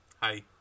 hi